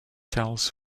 tells